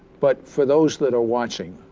but for those that are watching,